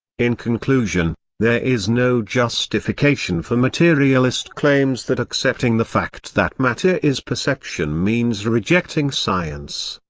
in conclusion, there is no justification for materialist claims that accepting the fact that matter is perception means rejecting science.